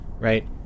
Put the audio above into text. right